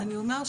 אני אומר,